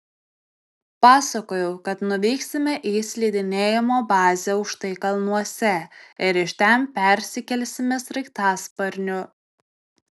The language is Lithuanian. pasakojau kad nuvyksime į slidinėjimo bazę aukštai kalnuose ir iš ten persikelsime sraigtasparniu